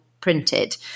printed